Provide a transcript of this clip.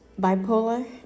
bipolar